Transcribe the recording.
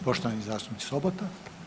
Poštovani zastupnik Sobota.